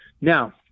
Now